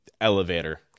elevator